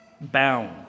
bound